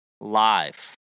live